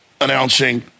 announcing